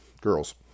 girls